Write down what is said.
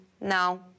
No